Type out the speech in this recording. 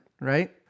Right